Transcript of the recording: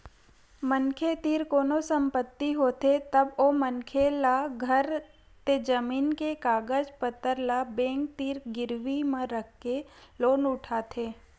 मनखे तीर कोनो संपत्ति होथे तब ओ मनखे ल घर ते जमीन के कागज पतर ल बेंक तीर गिरवी म राखके लोन उठाथे